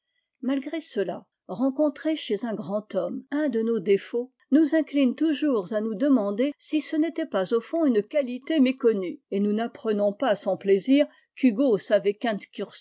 malgré cela rencontrer chez un grand homme un de nos défauts nous incline toujours à nous demander si ce n'était pas au fond une qualité méconnue et nous n'apprenons pas sans plaisir qu'hugo savait